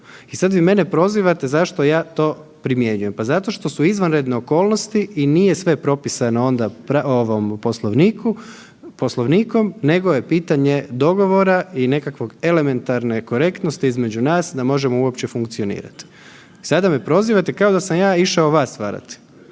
I sad vi mene prozivate zašto ja to primjenjujem? Pa zato što su izvanredne okolnosti i nije sve propisano onda ovim Poslovnikom, nego je pitanje dogovora i nekakve elementarne korektnosti između nas da možemo uopće funkcionirati. Sada me prozivate kao da sam ja išao vas varati.